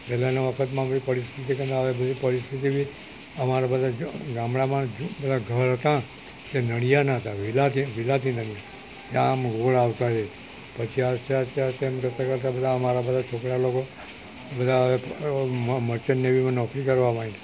પહેલેના વખતમાં આપણી પરિસ્થિતિ કરતાં હવે બધી પરિસ્થિતિ બી અમારા બધા ગામડામાં બધા ઘર હતા તે નળિયાના હતા વિલાયતી વિલાયતી નળિયા તે આમ ગોળાકારે પછી આસ્તે આસ્તે આસ્તે એમ કરતાં કરતાં બધા અમારા બધા છોકરા લોકો બધા હવે મર્ચન્ટ નેવીમાં નોકરી કરવા માંડ્યા